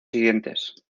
siguientes